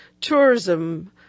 tourism